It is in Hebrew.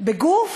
בגוף